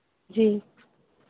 جی